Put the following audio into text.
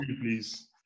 please